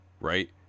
right